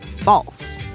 false